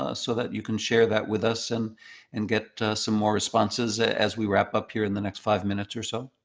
so that you can share that with us and and get some more responses as we wrap up here in the next five minutes or so.